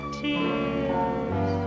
tears